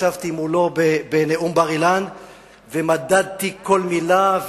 ישבתי מולו בנאום בר-אילן ומדדתי כל מלה,